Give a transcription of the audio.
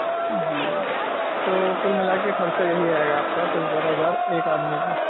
جی تو کل ملا کے خرچہ یہی آئے گا آپ کا دس بارہ ہزار ایک آدمی پہ